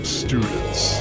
students